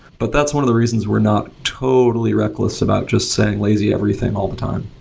but that's one of the reasons we're not totally reckless about just saying lazy everything all the time.